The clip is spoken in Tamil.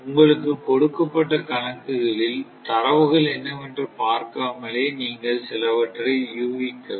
உங்களுக்கு கொடுக்கப்பட்ட கணக்குகளில் தரவுகள் என்னவென்று பார்க்காமலே நீங்கள் சிலவற்றை யூகிக்கலாம்